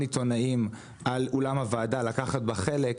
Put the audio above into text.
עיתונאים על אולם הוועדה לקחת בה חלק,